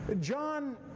John